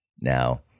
Now